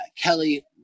Kelly